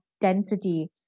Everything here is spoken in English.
density